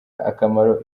akamaro